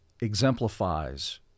exemplifies